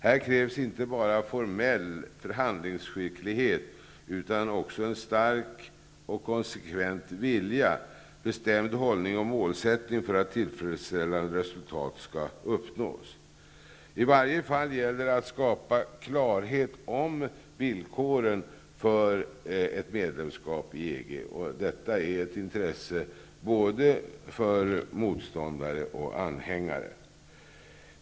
Här krävs inte bara formell förhandlingsskicklighet utan också stark och konsekvent vilja, bestämd hållning och målsättning för att tillfredsställande resultat skall uppnås. Det gäller åtminstone att skapa klarhet om villkoren för ett medlemskap i EG. Detta är ett intresse både för motståndare och anhängare.